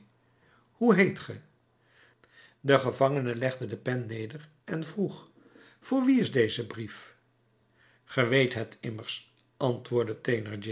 hoe heet ge de gevangene legde de pen neder en vroeg voor wie is deze brief ge weet het immers antwoordde